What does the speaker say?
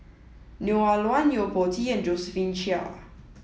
Neo Ah Luan Yo Po Tee and Josephine Chia